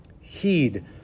heed